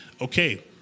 okay